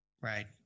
Right